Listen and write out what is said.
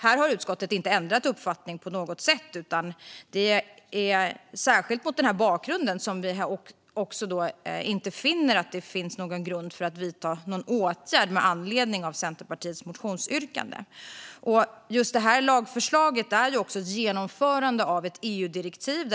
Här har utskottet inte ändrat uppfattning på något sätt. Särskilt mot den här bakgrunden finner vi att det inte finns någon grund för att vidta någon åtgärd med anledning av Centerpartiets motionsyrkande. Det här lagförslaget är ett genomförande av ett EU-direktiv.